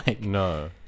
no